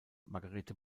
margarethe